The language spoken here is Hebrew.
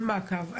המעקב.